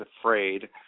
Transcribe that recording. afraid